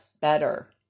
better